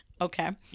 okay